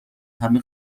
همه